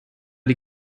die